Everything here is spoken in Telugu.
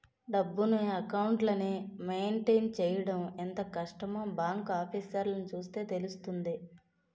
డబ్బును, అకౌంట్లని మెయింటైన్ చెయ్యడం ఎంత కష్టమో బాంకు ఆఫీసర్లని చూస్తే తెలుస్తుంది